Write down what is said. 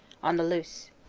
on the luce.